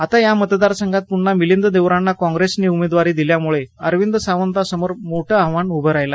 आता या मतदारसंघात पुन्हा मिलिंद देवरांना काँग्रेसनं उमेदवारी दिल्यामुळे अरविंद सावंतांसमोर मोठं आव्हान उभं असेल